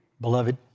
beloved